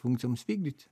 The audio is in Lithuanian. funkcijoms vykdyti